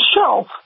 shelf